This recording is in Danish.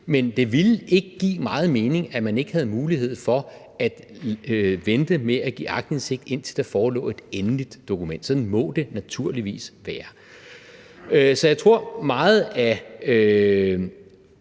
men det ville ikke give meget mening, at man ikke havde mulighed for at vente med at give aktindsigt, indtil der forelå et endeligt dokument; sådan må det naturligvis være. Så jeg tror, at meget af